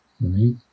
right